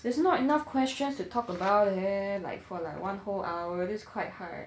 there's not enough questions to talk about leh like for like one whole hour this quite hard